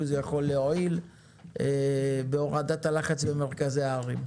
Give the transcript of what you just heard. זה יכול להועיל בהורדת הלחץ במרכזי הערים,